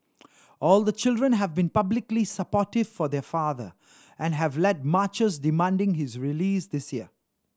all the children have been publicly supportive for their father and have led marches demanding his release this year